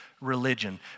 religion